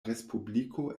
respubliko